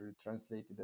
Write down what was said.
translated